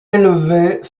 élevés